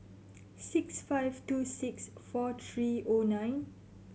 six five two six four three zero nine